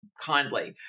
kindly